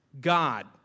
God